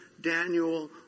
Daniel